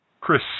Chris